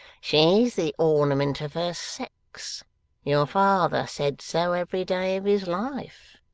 she's the ornament of her sex your father said so every day of his life.